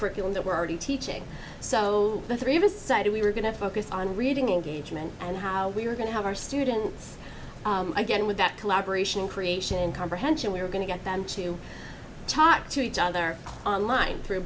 curriculum that we're already teaching so the three of us said we were going to focus on reading again german and how we were going to have our students again with that collaboration creation comprehension we were going to get them to talk to each other online through